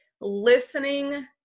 listening